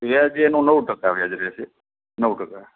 વ્યાજ એનું નવ ટકા વ્યાજ રહેશે નવ ટકા